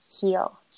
heal